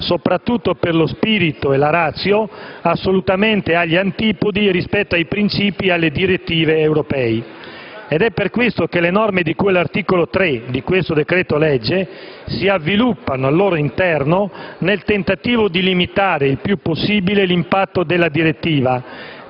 soprattutto rispetto allo spirito e alla *ratio*, assolutamente agli antipodi rispetto alle direttive e ai principi europei. È per questo che le norme di cui all'articolo 3 di questo decreto-legge si avviluppano al loro interno nel tentativo di limitare il più possibile l'impatto della direttiva,